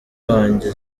wanjye